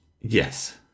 yes